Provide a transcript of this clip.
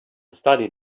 studied